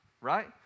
Right